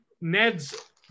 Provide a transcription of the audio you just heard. ned's